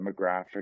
demographic